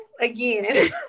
again